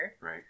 Right